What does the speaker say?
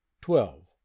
twelve